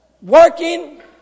working